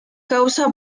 causa